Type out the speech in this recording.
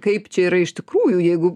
kaip čia yra iš tikrųjų jeigu